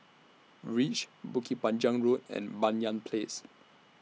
REACH Bukit Panjang Road and Banyan Place